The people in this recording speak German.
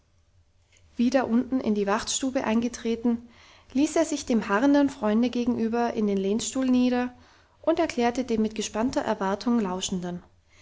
wieder unten in die wachtstube eingetreten ließ er sich dem harrenden freunde gegenüber in den lehnstuhl nieder und erklärte dem mit gespannter erwartung lauschenden